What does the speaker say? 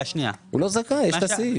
הוא לא זכאי יש את הסעיף.